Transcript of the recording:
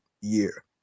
year